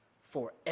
forever